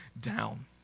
down